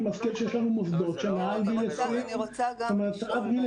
אני מזכיר שיש לנו מוסדות שפועלים עד גיל